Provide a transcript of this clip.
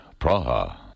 Praha